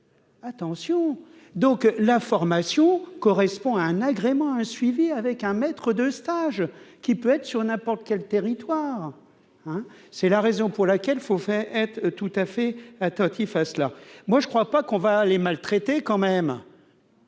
Attention donc la formation correspond à un agrément un suivi avec un maître de stage, qui peut être sur n'importe quel territoire, hein, c'est la raison pour laquelle il faut faire, être tout à fait attentif à cela, moi je ne crois pas qu'on va les maltraiter quand même.